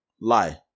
lie